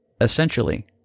essentially